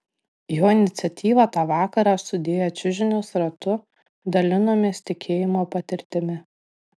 jo iniciatyva tą vakarą sudėję čiužinius ratu dalinomės tikėjimo patirtimi